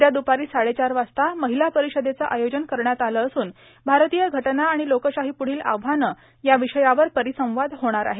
उद्या दुपारी साडेचार वाजता महिला परिषदेचं आयोजन करण्यात आलं असून भारतीय घटना आणि लोकशाहीपुढील आव्हानं या विषयावर परिसंवाद होणार आहे